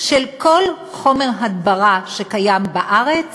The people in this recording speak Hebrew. של כל חומר הדברה שקיים בארץ